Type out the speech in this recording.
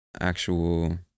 actual